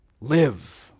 Live